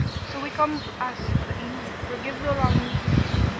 so we come to ask that you forgive the wrong we did you,